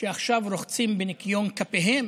שעכשיו רוחצים בניקיון כפיהם